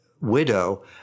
widow